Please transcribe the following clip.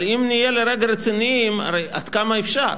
אבל אם נהיה לרגע רציניים, הרי עד כמה אפשר?